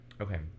Okay